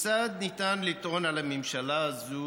כיצד ניתן לטעון על הממשלה הזאת